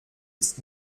ist